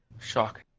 Shock